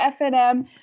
FNM